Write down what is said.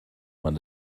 man